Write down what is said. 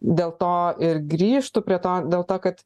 dėl to ir grįžtu prie to dėl to kad